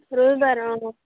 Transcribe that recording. ᱨᱚᱵᱤ ᱵᱟᱨ ᱚ